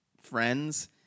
friends